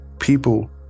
people